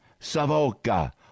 Savoca